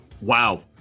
Wow